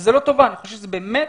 וזה לא טובה, אני חושב שזו באמת